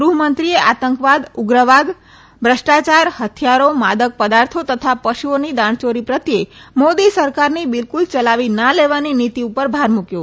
ગૃહમંત્રીએ આતંકવાદ ઉગ્રવાદ ભ્રષ્ટાયાર હૃથિયારો માદક પદાર્થો તથા પશુઓની દાણચોરી પ્રત્યે મોદી સરકારની બિલક્રલ ચલાવી ના લેવાની નીતી ઉપર ભાર મુકયો